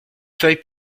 feuille